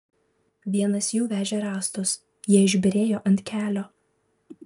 vienas jų vežė rąstus jie išbyrėjo ant kelio